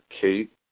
Kate